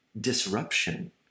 disruption